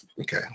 okay